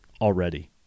already